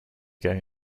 going